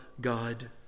God